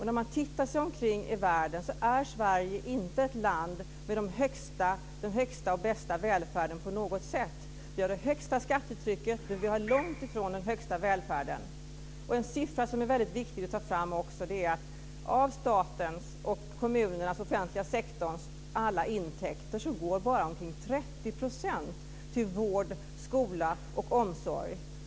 När man ser sig omkring i världen är Sverige inte det land som på något sätt har den bästa och högsta välfärden. Vi har det högsta skattetrycket, men vi har långt ifrån den bästa välfärden. En väldigt viktig siffra att ta fram är att av statens och kommunernas, offentliga sektorns, alla intäkter går bara ca 30 % till vård, skola och omsorg.